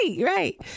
Right